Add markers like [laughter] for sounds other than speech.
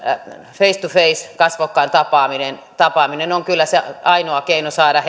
face to face kasvokkain tapaaminen tapaaminen on kyllä se ainoa keino saada [unintelligible]